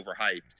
overhyped